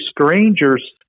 strangers